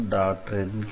ndsSF